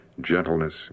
gentleness